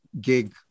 gig